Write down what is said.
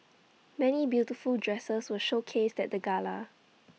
many beautiful dresses were showcased at the gala